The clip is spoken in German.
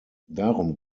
darum